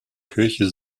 kirche